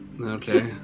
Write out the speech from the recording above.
okay